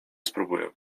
spróbuję